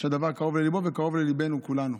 שהדבר קרוב לליבו וקרוב ללב כולנו.